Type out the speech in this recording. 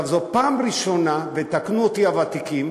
זאת פעם ראשונה, ויתקנו אותי הוותיקים,